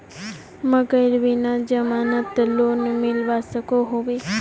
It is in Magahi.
मकईर बिना जमानत लोन मिलवा सकोहो होबे?